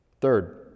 Third